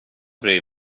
bryr